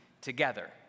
together